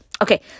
Okay